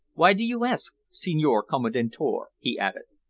why do you ask, signor commendatore? he added.